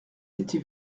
était